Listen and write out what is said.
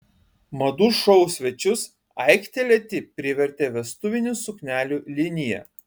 madų šou svečius aiktelėti privertė vestuvinių suknelių linija